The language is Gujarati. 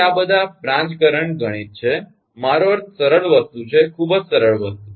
તેથી આ બધા બ્રાંચ કરંટ ગણિત છે મારો અર્થ સરળ વસ્તુ છે ખૂબ જ સરળ વસ્તુ